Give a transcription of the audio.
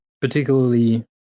particularly